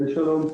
שלום.